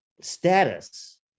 status